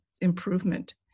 improvement